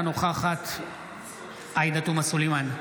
אינה נוכחת עאידה תומא סלימאן,